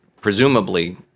presumably